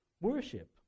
worship